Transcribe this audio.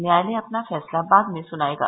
न्यायालय अपना फैसला बाद में सुनाएगा